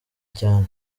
cyane